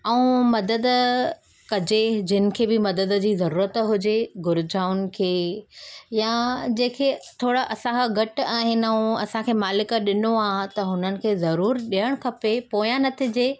ऐं मदद कॼे जिनि खे बि मदद जी ज़रूरत हुजे घुरिजाउनि खे या जंहिंखे थोरा असांखा घटि आहिनि ऐं असांखे मालिक ॾिनो आहे त हुननि खे ज़रूर ॾियणु खपे पोयां न थिजे